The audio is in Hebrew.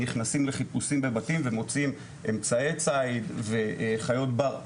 הם נכנסים לחיפושים בבתים ומוצאים אמצעי ציד או חיות בר,